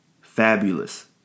Fabulous